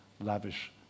lavish